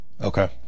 Okay